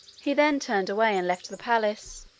he then turned away and left the palace.